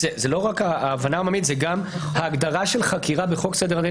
זאת לא רק ההבנה העממית אלא גם ההגדרה של חקירה בחוק סדר הדין